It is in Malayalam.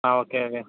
ആ ഓക്കെ ഓക്കെ